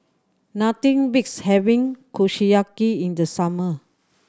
nothing beats having Kushiyaki in the summer